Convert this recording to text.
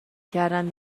کردن